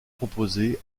proposés